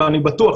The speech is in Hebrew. ואני בטוח,